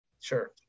sure